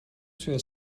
توی